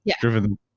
driven